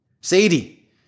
Sadie